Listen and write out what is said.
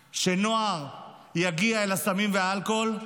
שנוער לא יגיע אל הסמים והאלכוהול,